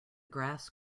grass